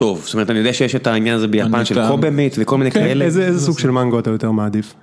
טוב אני יודע שיש את העניין הזה ביפן של איזה סוג של מנגו אתה יותר מעדיף.